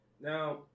Now